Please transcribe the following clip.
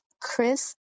Chris